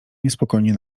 niespokojnie